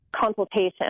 consultation